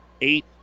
eight